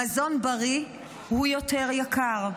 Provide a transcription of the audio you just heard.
מזון בריא הוא יותר יקר,